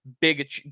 big